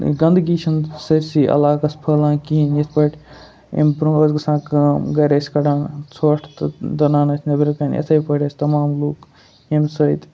گنٛدگی چھِنہٕ سٲرسٕے علاقَس پھٲلان کِہیٖنۍ یِتھ پٲٹھۍ امہِ بروںٛہہ ٲس گژھان کٲم گَرِ ٲسۍ کَڑان ژھۄٹھ تہٕ دٔنان ٲسۍ نٮ۪برٕکَنۍ یِتھَے پٲٹھۍ ٲسۍ تمام لوٗکھ ییٚمہِ سۭتۍ